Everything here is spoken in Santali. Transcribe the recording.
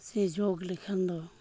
ᱥᱮ ᱡᱳᱜᱽ ᱞᱮᱠᱷᱟᱱ ᱫᱚ